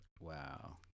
Wow